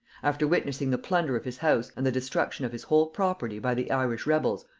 after witnessing the plunder of his house and the destruction of his whole property by the irish rebels,